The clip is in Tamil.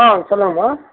ஆ சொல்லுங்கம்மா